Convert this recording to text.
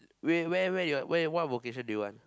wait where where your where what vocation do you want